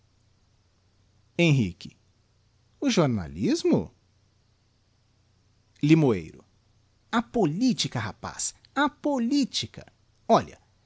henrique o jornalismo limoeiro a politica rapaz a politica olha